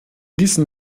diesem